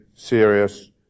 serious